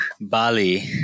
Bali